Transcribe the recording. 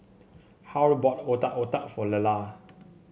Harl bought Otak Otak for Lelah